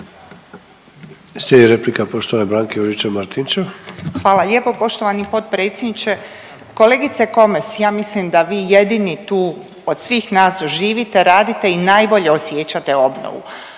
**Juričev-Martinčev, Branka (HDZ)** Hvala lijepo poštovani potpredsjedniče. Kolegice Komes, ja mislim da vi jedini tu od svih nas živite, radite i najbolje osjećate obnovu.